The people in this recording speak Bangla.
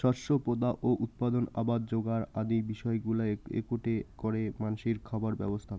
শস্য পোতা ও উৎপাদন, আবাদ যোগার আদি বিষয়গুলা এ্যাকেটে করে মানষির খাবার ব্যবস্থাক